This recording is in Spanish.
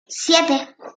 siete